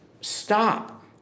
stop